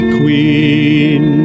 queen